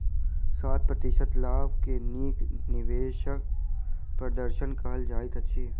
सात प्रतिशत लाभ के नीक निवेश प्रदर्शन कहल जाइत अछि